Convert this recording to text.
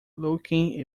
looking